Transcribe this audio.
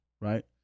right